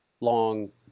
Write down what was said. long